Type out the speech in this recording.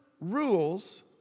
rules